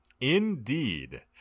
Indeed